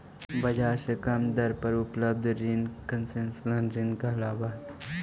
बाजार से कम ब्याज दर पर उपलब्ध रिंग कंसेशनल ऋण कहलावऽ हइ